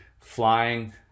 flying